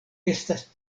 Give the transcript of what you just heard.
estas